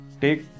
Take